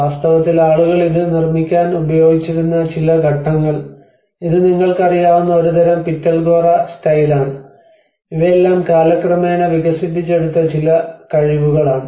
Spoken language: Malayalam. വാസ്തവത്തിൽ ആളുകൾ ഇത് നിർമ്മിക്കാൻ ഉപയോഗിച്ചിരുന്ന ചില ഘട്ടങ്ങൾ ഇത് നിങ്ങൾക്കറിയാവുന്ന ഒരുതരം പിറ്റൽഖോറ സ്റ്റൈലാണ് ഇവയെല്ലാം കാലക്രമേണ വികസിപ്പിച്ചെടുത്ത ചില കഴിവുകളാണ്